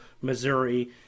Missouri